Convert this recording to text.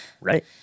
Right